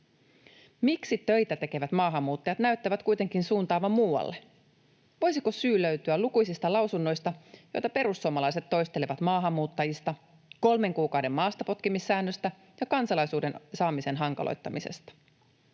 Miksi töitä tekevät maahanmuuttajat näyttävät kuitenkin suuntaavan muualle? Voisiko syy löytyä lukuisista lausunnoista, joita perussuomalaiset toistelevat maahanmuuttajista, kolmen kuukauden maastapotkimissäännöstä ja kansalaisuuden saamisen hankaloittamisesta?